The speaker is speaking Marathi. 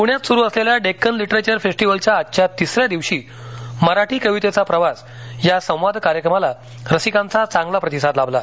पुण्यात सुरु असलेल्या डेक्कन लिटरेचर फेस्टीवलच्या आजच्या तिसऱ्या दिवशी मराठी कवितेचा प्रवास या संवाद कार्यक्रमाला रसिकांचा चांगला प्रतिसाद लाभला